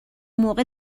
موقع